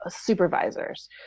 supervisors